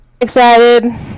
excited